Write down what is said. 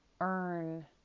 earn